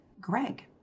Greg